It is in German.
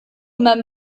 immer